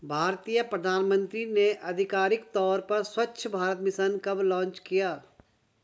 भारतीय प्रधानमंत्री ने आधिकारिक तौर पर स्वच्छ भारत मिशन कब लॉन्च किया?